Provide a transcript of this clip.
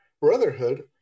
Brotherhood